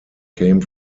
came